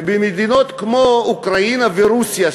ובמדינות כמו אוקראינה ורוסיה,